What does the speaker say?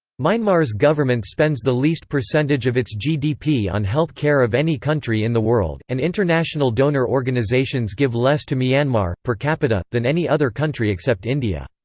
myanmar's government spends the least percentage of its gdp on health care of any country in the world, and international donor organisations give less to myanmar, per capita, than any other country except india.